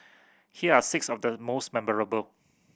here are six of the most memorable